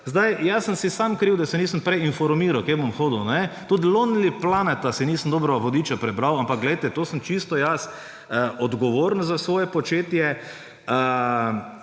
Jaz sem si sam kriv, da se nisem prej informiral, kje bom hodil. Tudi vodiča Lonely Planet si nisem dobro prebral, ampak poglejte, za to sem čisto jaz odgovoren za svoje početje.